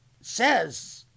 says